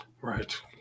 Right